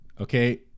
okay